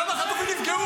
כמה חטופים נפגעו?